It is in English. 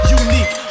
unique